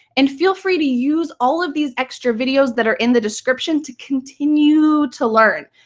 and feel free to use all of these extra videos that are in the description to continue to learn.